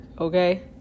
okay